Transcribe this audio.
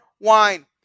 wine